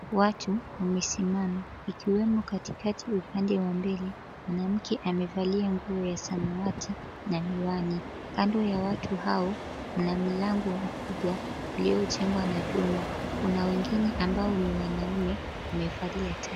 Watu wamesimama. Ikiwemo katikati upande wa mbele, mwanamke amevalia nguo ya samawati na miwani. Kando ya watu hao, kuna mlango mkubwa uliojengwa na vyuma. Kuna wengine ambao ni wanaume. Wamevalia tai.